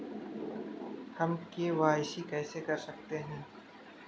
हम के.वाई.सी कैसे कर सकते हैं?